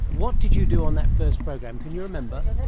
what did you do on that first program? can you remember?